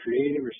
creative